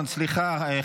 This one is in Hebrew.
אין נמנעים.